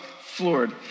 floored